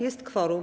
Jest kworum.